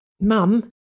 Mum